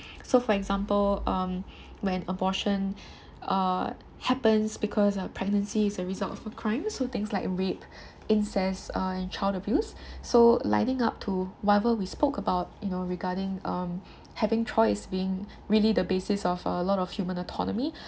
so for example um when abortion uh happens because of pregnancies as result of a crime so things like rape incest uh and child abuse so lining up to whatever we spoke about you know regarding uh having choice being really the basis of a a lot of human autonomy